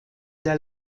der